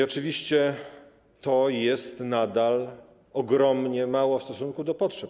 Oczywiście to jest nadal ogromnie mało w stosunku do potrzeb.